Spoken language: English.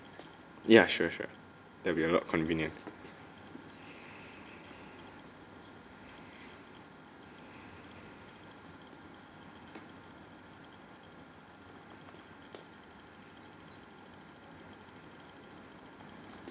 ya sure sure that will be a lot convenient